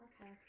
Okay